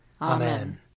Amen